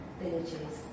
villages